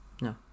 No